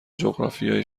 جغرافیای